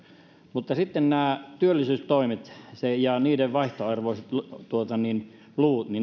mutta sitten nämä työllisyystoimet ja niiden vaihtoarvoiset luvut